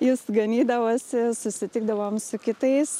jis ganydavosi susitikdavom su kitais